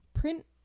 print